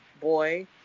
boy